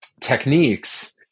techniques